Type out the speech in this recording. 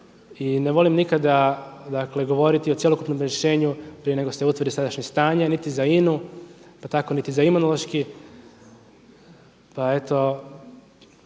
I ne volim nikada, dakle govoriti o cjelokupnom rješenju prije nego se utvrdi sadašnje stanje niti za INA-u, pa tako niti za Imunološki. Pa eto